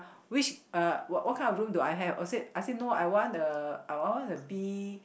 which uh what kind of room do I have I say I say no I want a I want a B